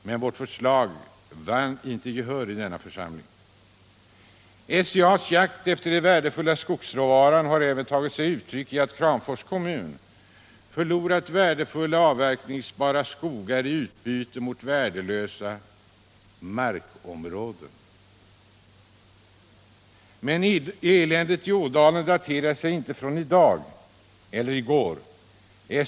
Men vårt förslag vann inte gehör i denna församling. SCA:s jakt efter den värdefulla skogsråvaran har även tagit sig uttryck i att Kramfors kommun förlorat värdefulla avverkningsbara skogar i utbyte mot värdelösa markområden. Men eländet i Ådalen daterar sig inte från i dag eller i går.